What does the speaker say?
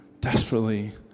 desperately